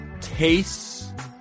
tastes